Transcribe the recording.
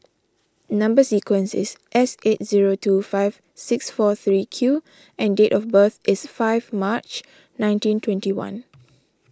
Number Sequence is S eight zero two five six four three Q and date of birth is five March nineteen twenty one